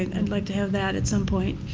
and like to have that at some point.